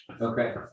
okay